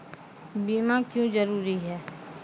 बीमा क्यों जरूरी हैं?